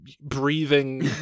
breathing